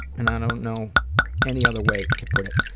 and i don't know any other way to put it.